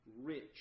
rich